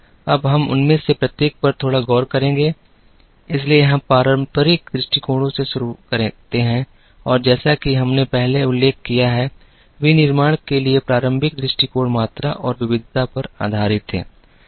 अब हम उनमें से प्रत्येक पर थोड़ा गौर करेंगे इसलिए हम पारंपरिक दृष्टिकोणों से शुरू करते हैं और जैसा कि हमने पहले उल्लेख किया है विनिर्माण के लिए पारंपरिक दृष्टिकोण मात्रा और विविधता पर आधारित थे